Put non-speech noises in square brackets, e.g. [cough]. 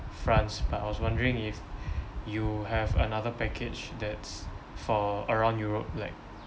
france but I was wondering if [breath] you have another package that's for around europe like